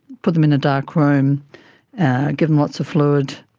put them in a dark room, give them lots of fluid,